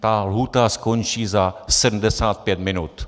Ta lhůta skončí za 75 minut.